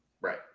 Right